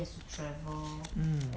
mm